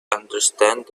understand